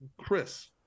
Chris